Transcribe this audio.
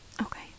Okay